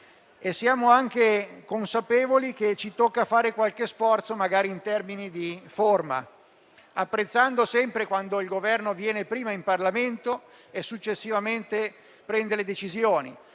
siamo anche consapevoli che ci tocca fare qualche sforzo magari in termini di forma, apprezzando sempre quando il Governo viene prima in Parlamento e successivamente prende le decisioni,